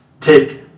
take